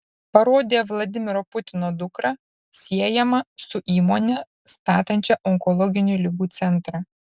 parodė vladimiro putino dukrą siejama su įmone statančia onkologinių ligų centrą